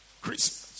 Christmas